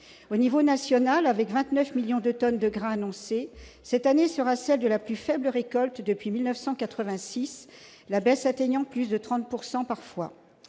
Au niveau national, avec 29 millions de tonnes de grain annoncées, cette année sera celle de la plus faible récolte depuis 1986, la baisse atteignant parfois